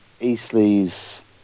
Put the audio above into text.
Eastley's